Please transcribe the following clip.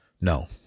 No